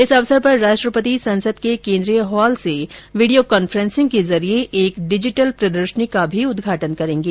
इस अवसर पर राष्ट्रपति संसद के केंद्रीय हॉल से वीडियो कॉन्फ्रेंसिंग के जरिए एक डिजीटल प्रदर्शनी का उदघाटन करेंगे